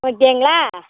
ஓகேங்களா